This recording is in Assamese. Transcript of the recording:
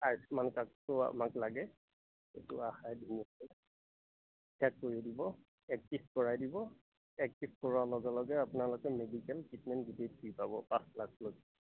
আয়ুষ্মান কাৰ্ডটো আমাক লাগে এইটো কৰি দিব কৰাই দিব কৰাৰ লগে লগে আপোনালোকে মেডিকেল ট্ৰিটমেণ্ট গোটেই ফ্ৰী পাব পাঁচ লাখ লৈ